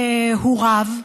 הוא רב.